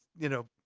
you know,